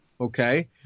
Okay